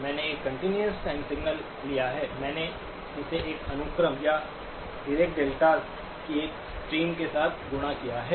मैंने एक continuous time signal लिया है मैंने इसे एक अनुक्रम या डीरेक डेल्टास की एक स्ट्रीम के साथ गुणा किया है